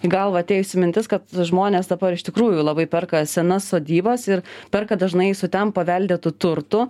į galvą atėjusi mintis kad žmonės dabar iš tikrųjų labai perka senas sodybas ir perka dažnai su ten paveldėtu turtu